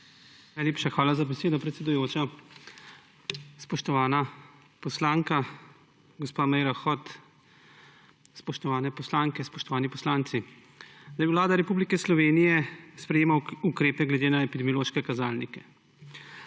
Najlepša hvala za besedo, predsedujoča. Spoštovana poslanka gospa Meira Hot, spoštovane poslanke, spoštovani poslanci! Vlada Republike Slovenije sprejema ukrepe glede na epidemiološke kazalnike.